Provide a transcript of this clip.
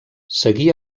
seguí